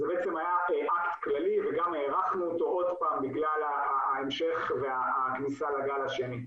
זה היה אקט כללי וגם הארכנו אותו עוד פעם בגלל ההמשך והכניסה לגל השני.